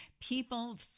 people